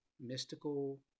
mystical